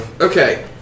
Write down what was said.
Okay